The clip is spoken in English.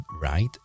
right